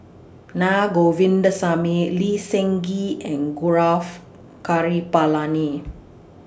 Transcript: Na Govindasamy Lee Seng Gee and Gaurav Kripalani